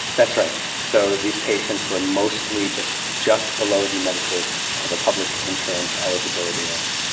that's right, so these patients were mostly just just below the medicaid or the public insurance eligibility age.